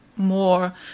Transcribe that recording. more